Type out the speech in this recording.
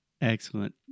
excellent